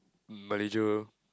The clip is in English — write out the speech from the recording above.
Malaysia